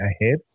ahead